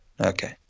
Okay